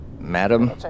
Madam